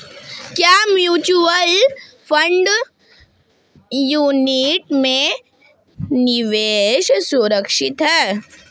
क्या mutual fund unit में निवेश सुरक्षित है?